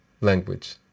language